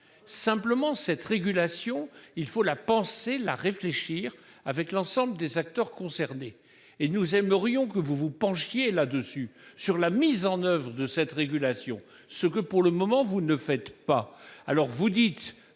Simplement cette régulation, il faut la penser la réfléchir avec l'ensemble des acteurs concernés et nous aimerions que vous, vous pensiez là-dessus, sur la mise en oeuvre de cette régulation. Ce que pour le moment vous ne faites pas.